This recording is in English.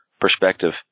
perspective